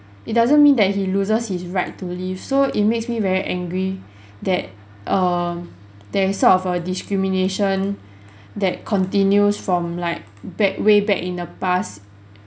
it doesn't mean that he loses his right to live so it makes me very angry that err there is sort of err discrimination that continues from like back way back in the past